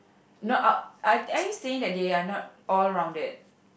not out are are you saying that they are not all rounded